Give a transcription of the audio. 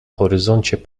horyzoncie